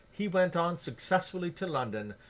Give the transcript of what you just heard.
he went on successfully to london,